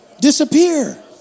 Disappear